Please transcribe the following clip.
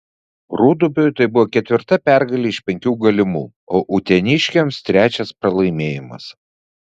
rūdupiui tai buvo ketvirta pergalė iš penkių galimų o uteniškiams trečias pralaimėjimas